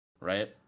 right